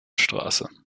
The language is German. straße